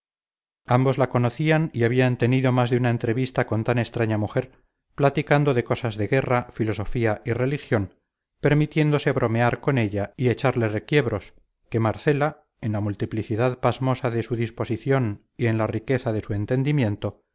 ambos la conocían y habían tenido más de una entrevista con tan extraña mujer platicando de cosas de guerra filosofía y religión permitiéndose bromear con ella y echarle requiebros que marcela en la multiplicidad pasmosa de su disposición y en la riqueza de su entendimiento